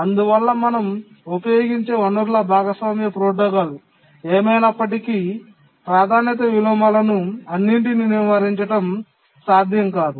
అందువల్ల మనం ఉపయోగించే వనరుల భాగస్వామ్య ప్రోటోకాల్ ఏమైనప్పటికీ ప్రాధాన్యత విలోమాలను అన్నింటినీ నివారించడం సాధ్యం కాదు